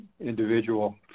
individual